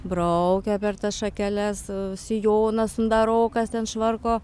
braukia per tas šakeles sijoną sundarokas ten švarko